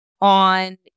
on